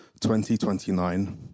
2029